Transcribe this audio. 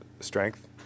strength